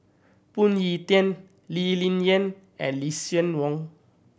Phoon Yew Tien Lee Ling Yen and Lucien Wang